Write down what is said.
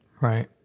Right